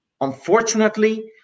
unfortunately